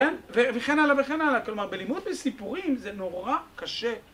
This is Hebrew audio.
כן. וכן הלאה וכן הלאה. כלומר בלימוד מסיפורים זה נורא קשה